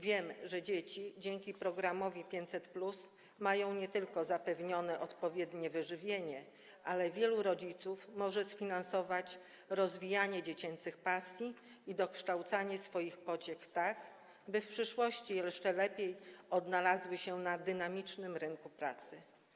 Wiem, że dzięki programowi 500+ nie tylko dzieci mają zapewnione odpowiednie wyżywienie, ale też wielu rodziców może sfinansować rozwijanie dziecięcych pasji i dokształcanie swoich pociech tak, by w przyszłości jeszcze lepiej odnalazły się na dynamicznym rynku pracy.